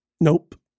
Nope